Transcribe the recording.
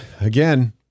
again—